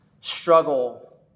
struggle